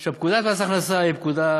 עכשיו, פקודת מס הכנסה היא פקודה,